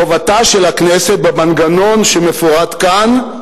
חובתה של הכנסת, במנגנון שמפורט כאן,